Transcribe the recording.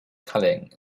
culling